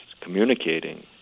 communicating